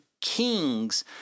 kings